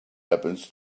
happens